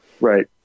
Right